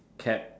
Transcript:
cap